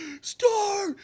star